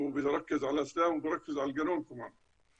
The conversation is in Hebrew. ולהקים ועדות מיוחדות בכדי שלמור על המסורת והמורשת,